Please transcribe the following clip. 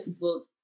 vote